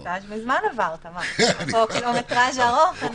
סטאז' מזמן עברת, אתה פה קילומטראז' ארוך.